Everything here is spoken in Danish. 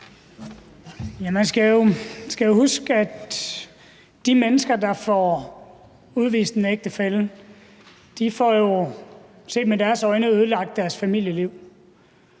Man skal jo huske, at de mennesker, der får udvist en ægtefælle, set med deres øjne får ødelagt deres familieliv.